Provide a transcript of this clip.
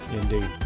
Indeed